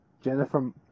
Jennifer